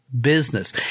business